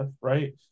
right